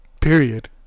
Period